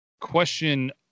Question